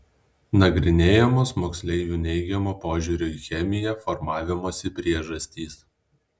nagrinėjamos moksleivių neigiamo požiūrio į chemiją formavimosi priežastys